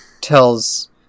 tells